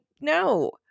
no